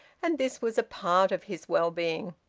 and this was a part of his well-being.